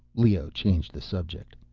leoh changed the subject,